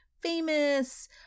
famous